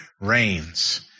reigns